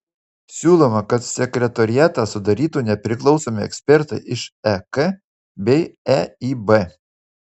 siūloma kad sekretoriatą sudarytų nepriklausomi ekspertai iš ek bei eib